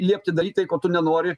liepti daryt tai ko tu nenori